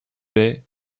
bay